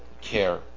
care